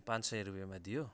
पाँच सय रुपियाँमा दियो